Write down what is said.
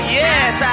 yes